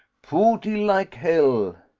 pooty like hell!